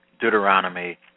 Deuteronomy